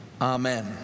Amen